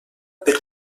per